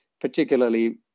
particularly